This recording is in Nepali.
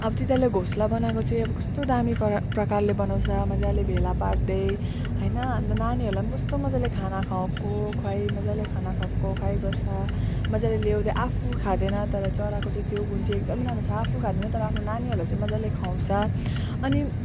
अब तिनीहरूले घोसला बनाएको चाहिँ अब कस्तो दामी प्र प्रकारले बनाउँछ मजाले भेला पार्दै हैन अनि त नानीहरूलाई पनि कस्तो मजाले खाना खुवाएको खुवायै मजाले खाना खुवाएको खुवायै गर्छ मजाले ल्याउँदै आफू खाँदैन तर चराको चाहिँ त्यो गुण चाहिँ एकदम राम्रो छ आफू खाँदैन तर आफ्नो नानीहरूलाई चाहिँ मजाले खुवाउँछ अनि